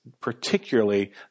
particularly